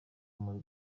muri